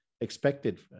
expected